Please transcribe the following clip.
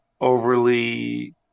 overly